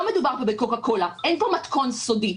לא מדובר פה בקוקה קולה, אין פה מתכון סודי.